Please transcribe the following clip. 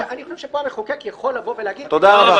-- אני חושב שפה המחוקק יכול להגיד --- תודה רבה.